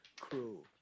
crew